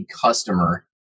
customer